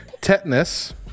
tetanus